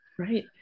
Right